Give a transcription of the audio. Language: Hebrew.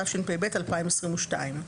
התשפ"ב-2022".